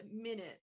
minute